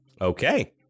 Okay